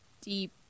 deep